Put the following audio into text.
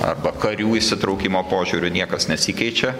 arba karių įsitraukimo požiūriu niekas nesikeičia